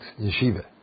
Yeshiva